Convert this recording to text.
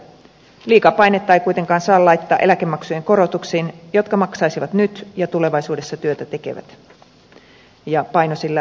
liikaa painetta ei kuitenkaan saa laittaa eläkemaksujen korotuksiin jotka maksaisivat nyt ja tulevaisuudessa työtätekevät ja paino sanoilla tulevaisuudessa työtätekevät